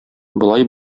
болай